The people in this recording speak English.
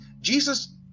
jesus